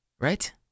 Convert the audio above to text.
right